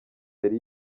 yari